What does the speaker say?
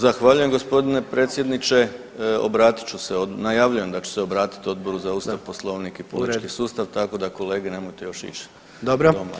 Zahvaljujem g. predsjedniče, obratit ću se, najavljujem da ću se obratiti Odboru za Ustav, Poslovnik i politički sustav, tako da kolege, nemojte još ići doma.